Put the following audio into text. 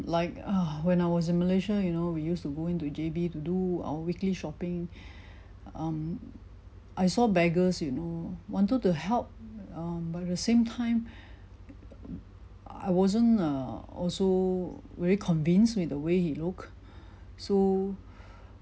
like ugh when I was in malaysia you know we used to go into J_B to do our weekly shopping um I saw beggars you know wanted to help um but at the same time I wasn't err also very convinced with the way he look so